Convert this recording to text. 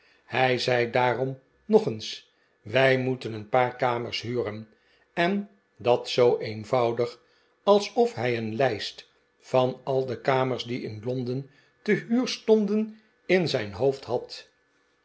hij zei daarom nog eens wij moeten een paar kamers huren en dat zoo eenvoudig alsof hij een lijst van al de kamers die in londen te huur stonden in zijn hoofd had